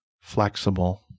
flexible